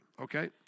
okay